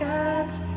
God's